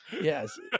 Yes